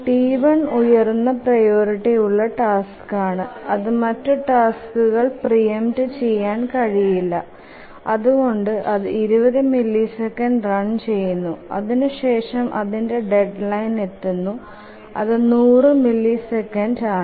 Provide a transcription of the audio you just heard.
T1 ഉയർന്ന priority ഉള്ള task ആണ് അത് മറ്റു ടാസ്കുകൾക്കു പ്രീ എംപ്ട് ചെയാൻ കഴിയില്ല അതുകൊണ്ട് അതു 20 മില്ലിസെക്കൻഡ് റൺ ചെയുന്നു അതിനുശേഷം അതിന്ടെ ഡെഡ്ലൈൻ എത്തുന്നു അതു 100 മില്ലിസെക്കൻഡ് ആണ്